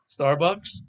Starbucks